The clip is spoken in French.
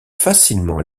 facilement